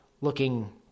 looking